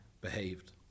behaved